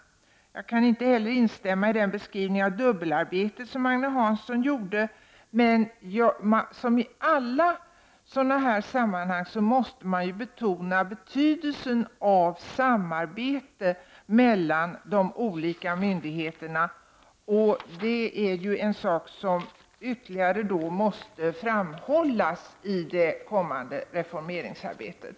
Jag kan inte heller instämma i den beskrivning av dubbelarbetet som Agne Hansson gjorde. Men som i alla sådana här sammanhang måste man betona betydelsen av samarbete mellan de olika myndigheterna, och det är något som ytterligare måste framhållas i det kommande reformeringsarbetet.